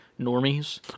normies